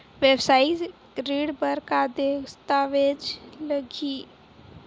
वेवसायिक ऋण बर का का दस्तावेज लगही?